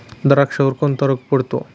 द्राक्षावर कोणता रोग पडतो?